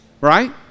right